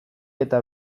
eta